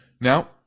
Now